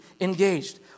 engaged